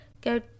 go